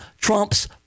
Trump's